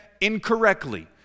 incorrectly